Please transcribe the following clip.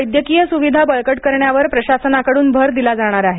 वैद्यकीय सुविधा बळकट करण्यावर प्रशासनाकडून भर दिला जाणार आहे